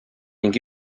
ning